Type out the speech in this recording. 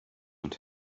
not